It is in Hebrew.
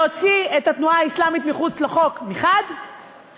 להוציא את התנועה האסלאמית מחוץ לחוק מחד גיסא,